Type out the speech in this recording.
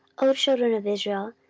o children of israel,